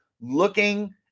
looking